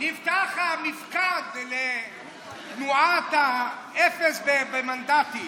נפתח המפקד לבועת האפס במנדטים.